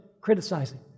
criticizing